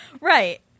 Right